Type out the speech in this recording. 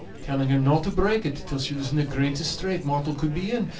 telling her no to break it till she was in the greatest strait mortal could be in,